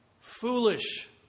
foolish